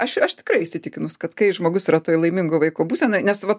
aš aš tikrai įsitikinus kad kai žmogus yra toj laimingo vaiko būsenoj nes vat